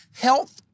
health